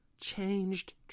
changed